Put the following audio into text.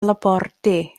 labordu